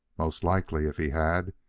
most likely, if he had,